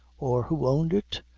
or who owned it?